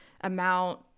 amount